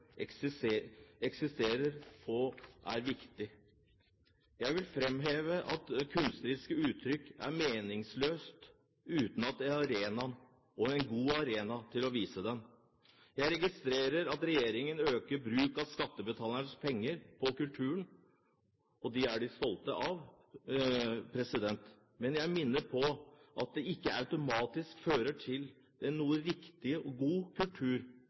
eksisterer på, er viktig. Jeg vil framheve at kunstneriske uttrykk er meningsløst uten en arena, en god arena, for å vise den. Jeg registrerer at regjeringen øker bruken av skattebetalernes penger når det gjelder kulturen, og det er man stolt av. Men jeg minner om at dette ikke automatisk fører til en rikere kultur for folk flest. Det får man ved å stille krav og